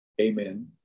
Amen